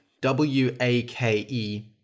W-A-K-E